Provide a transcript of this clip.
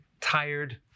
tired